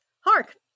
Hark